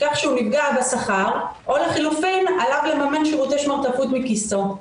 כך שהוא נפגע בשכר או לחילופין עליו לממן שירותי שמרטפות מכיסו.